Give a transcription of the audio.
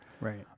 Right